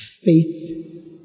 faith